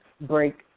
break